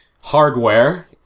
hardware